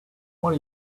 what